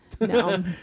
No